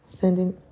Sending